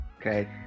Okay